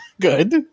Good